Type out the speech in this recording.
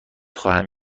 خواهم